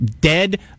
Dead